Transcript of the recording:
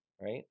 Right